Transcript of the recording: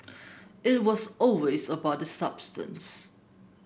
it was always about the substance